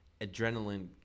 adrenaline